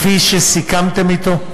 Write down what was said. כפי שסיכמתם אתו?